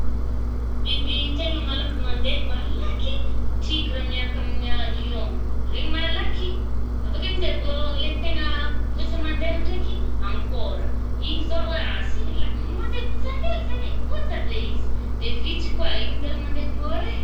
Biby tena malaky mande malaky, tigra miaraka aminà ah lion. Reny malaky ih, avakeo aminje vô le tegna votsa mandeha ndraiky ankôra igny zao a-asia la mande votsa hely zaigny e, votsa be izy. De vitsiky koa, igny zalà mandeha môra e.